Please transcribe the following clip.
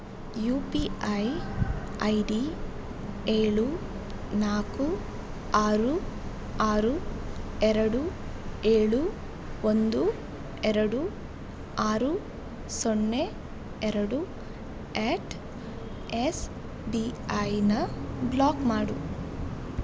you P I I D ಏಳು ನಾಲ್ಕು ಆರು ಆರು ಎರಡು ಏಳು ಒಂದು ಎರಡು ಆರು ಸೊನ್ನೆ ಎರಡು ಎಟ್ ಎಸ್ ಬಿ ಐನ ಬ್ಲಾಕ್ ಮಾಡು